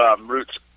roots